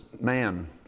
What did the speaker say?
man